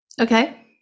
Okay